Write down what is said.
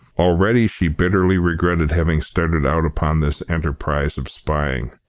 already she bitterly regretted having started out upon this enterprise of spying.